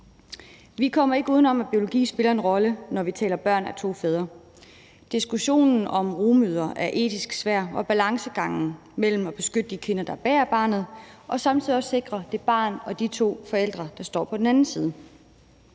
Vi kommer ikke uden om, at biologi spiller en rolle, når vi taler børn af to fædre. Diskussionen om rugemødre er etisk svær, og der er en balancegang mellem at beskytte de kvinder, der bærer barnet, og samtidig også sikre det barn og de to forældre, der står på den anden side.